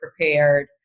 prepared